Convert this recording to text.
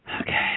Okay